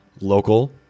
local